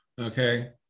Okay